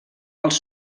els